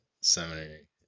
seminary